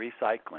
recycling